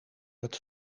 het